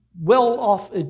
well-off